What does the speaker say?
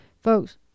folks